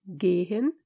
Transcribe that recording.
gehen